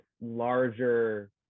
larger